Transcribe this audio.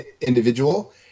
individual